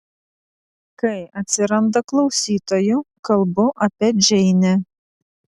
kai atsiranda klausytojų kalbu apie džeinę